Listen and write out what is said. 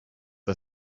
are